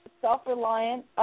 self-reliant